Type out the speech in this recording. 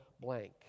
blank